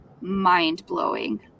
mind-blowing